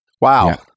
Wow